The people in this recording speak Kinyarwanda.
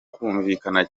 kumvikana